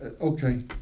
Okay